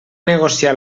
negociar